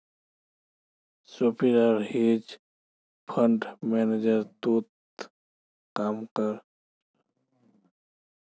सोपीराल hedge fund manager तोत काम कर छ